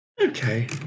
okay